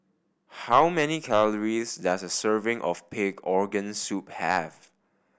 how many calories does a serving of pig organ soup have